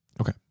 Okay